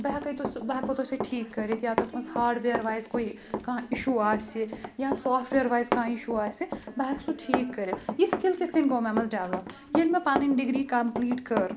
بہٕ ہؠکَے تہٕ سُہ بہٕ ہٮ۪کو تۄہہِ سُہ ٹھیٖک کٔرِتھ یا تَتھ منٛز ہاڈ وِیَر وایِز کُہ یہِ کانٛہہ اِشوٗ آسہِ یا سافٹ وِیَر وایز کانٛہہ اِشوٗ آسہِ بہٕ ہؠکہٕ سُہ ٹھیٖک کٔرِتھ یہِ سِکِل کِتھ کَنۍ گوٚو مےٚ منٛز ڈؠولَپ ییٚلہِ مےٚ پَنٕنۍ ڈِگری کَمپٕلیٖٹ کٔر